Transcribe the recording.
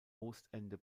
ostende